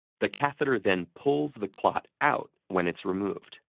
the catheter then pulls the clot out when it's removed.